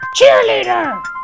Cheerleader